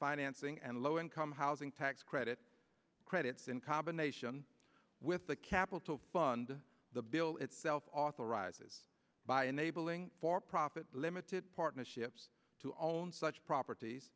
financing and low income housing tax credit credits in combination with the capital fund the bill itself authorizes by enabling for profit limited partnerships to own such properties